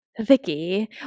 Vicky